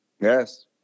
Yes